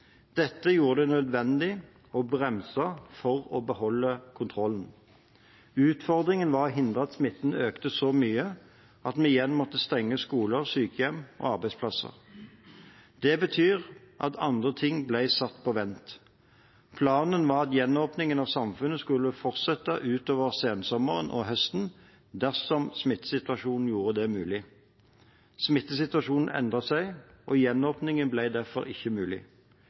Dette gjorde det nødvendig å bremse for å beholde kontrollen. Utfordringen var å hindre at smitten økte så mye at vi igjen måtte stenge skoler, sykehjem og arbeidsplasser. Det betyr at andre ting ble satt på vent. Planen var at gjenåpningen av samfunnet skulle fortsette utover sensommeren og høsten, dersom smittesituasjonen gjorde det mulig. Smittesituasjonen endret seg, og gjenåpningen ble derfor ikke mulig.